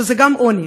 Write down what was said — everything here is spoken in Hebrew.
שזה גם עוני,